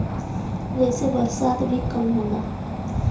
जेसे बरसात भी कम होला